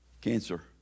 cancer